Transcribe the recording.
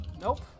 Nope